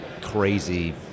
crazy